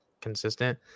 consistent